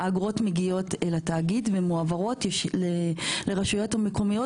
האגרות מגיעות אל התאגיד ומועברות לרשויות המקומיות